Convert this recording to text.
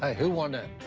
ah who won that?